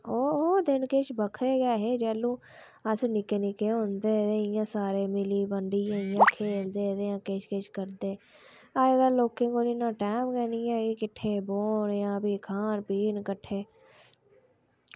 ते ओह् दिन किश बक्खरे गै ऐ हे जैलूं अस निक्के निक्के होंदे हे ते इ'या सारे मिली बंडियै खेल्लदे हे ते किश किश करदे हे ते अजकल्ल लोकें कोल इन्ना टैम गै निं ऐ कि किट्ठे बौह्न जां फ्ही खान पीन किट्ठे